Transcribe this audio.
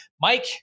Mike